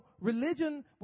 religion